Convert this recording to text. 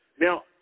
Now